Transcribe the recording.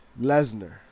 Lesnar